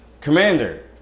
Commander